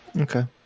Okay